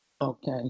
Okay